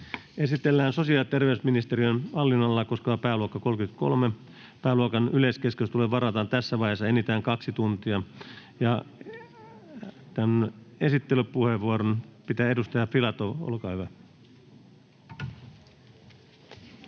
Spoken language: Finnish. Esitellään sosiaali- ja terveysministeriön hallinnonalaa koskeva pääluokka 33. Pääluokan yleiskeskusteluun varataan tässä vaiheessa enintään 2 tuntia. — Esittelypuheenvuoron pitää edustaja Filatov, olkaa hyvä.